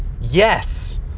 yes